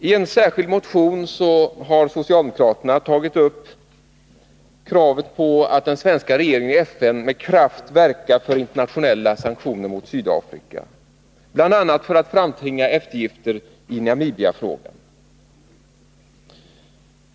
I en särskild motion har socialdemokraterna tagit upp kravet på att den svenska regeringen skall verka med kraft i FN för internationella sanktioner mot Sydafrika, bl.a. för att framtvinga eftergifter i Namibiafrågan.